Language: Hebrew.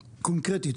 קונקרטית,